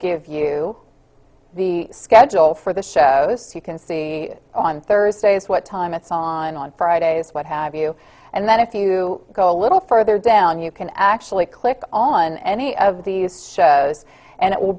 give you the schedule for the shows you can see on thursdays what time it's on on fridays what have you and then if you go a little further down you can actually click on any of these shows and it will